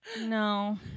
No